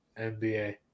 NBA